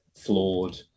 flawed